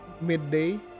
midday